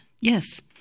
Yes